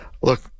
Look